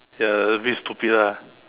ya a bit stupid ah